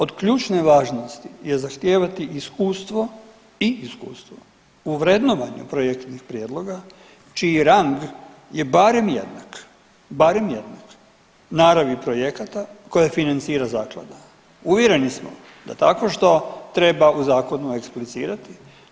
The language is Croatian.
Od ključne važnosti je zahtijevati iskustvo i iskustvo u vrednovanju projektnih prijedloga čiji rang je barem jednak, barem jednak naravni projekata koje financira zaklada, uvjereni smo da takvo što treba u zakonu eksplicirati.